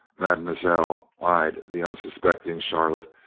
mademoiselle eyed the unsuspecting charlotte,